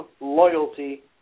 loyalty